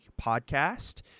podcast